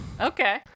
Okay